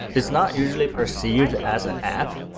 it's not usually perceived as an app,